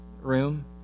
room